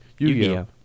Yugi